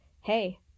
Hey